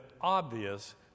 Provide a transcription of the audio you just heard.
obvious